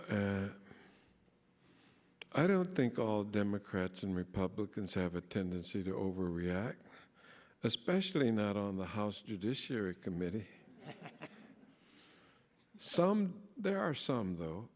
hearing i don't think all democrats and republicans have a tendency to overreact especially not on the house judiciary committee some there are some though